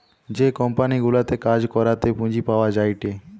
যে কোম্পানি গুলাতে কাজ করাতে পুঁজি পাওয়া যায়টে